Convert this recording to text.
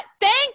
Thank